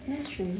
that's true